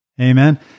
Amen